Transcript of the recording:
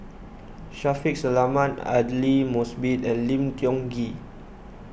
Shaffiq Selamat Aidli Mosbit and Lim Tiong Ghee